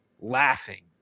laughing